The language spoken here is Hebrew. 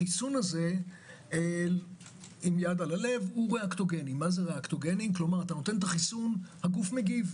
החיסון הזה הוא ריאקטוגני אתה נותן את החיסון - הגוף מגיב.